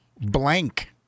Blank